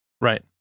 right